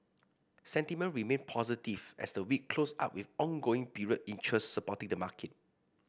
sentiment remained positive as the week closed out with ongoing period interest supporting the market